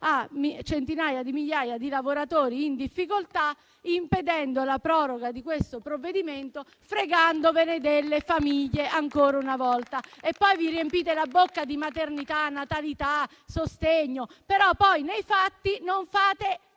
centinaia di migliaia di lavoratori in difficoltà, impedendo la proroga di questo provvedimento e fregandovene delle famiglie ancora una volta. Vi riempite la bocca di maternità, natalità, sostegno, però nei fatti non fate